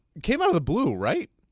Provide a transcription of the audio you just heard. came out of the blue, right?